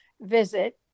visit